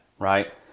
Right